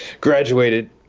graduated